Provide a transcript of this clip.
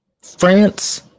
france